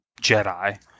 Jedi